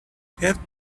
have